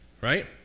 Right